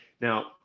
Now